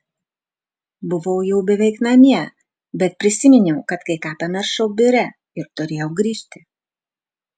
buvau jau beveik namie bet prisiminiau kad kai ką pamiršau biure ir turėjau grįžti